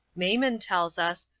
maimon tells us,